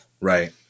Right